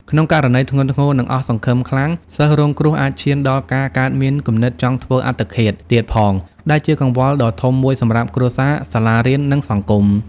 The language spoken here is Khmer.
ក្នុងករណីធ្ងន់ធ្ងរ និងអស់សង្ឃឹមខ្លាំង សិស្សរងគ្រោះអាចឈានដល់ការកើតមាន គំនិតចង់ធ្វើអត្តឃាត ទៀតផង ដែលជាកង្វល់ដ៏ធំមួយសម្រាប់គ្រួសារ សាលារៀន និងសង្គម។